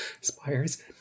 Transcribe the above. Spires